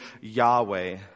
Yahweh